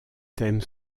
thèmes